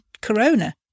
Corona